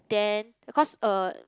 then cause a